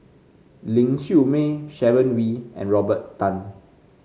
Ling Siew May Sharon Wee and Robert Tan